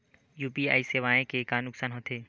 UPI सेवाएं के का नुकसान हो थे?